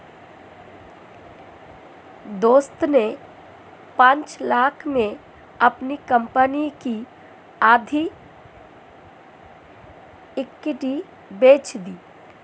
दोस्त ने पांच लाख़ में अपनी कंपनी की आधी इक्विटी बेंच दी